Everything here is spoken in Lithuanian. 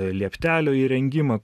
lieptelių įrengimą